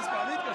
אני רוצה להצביע.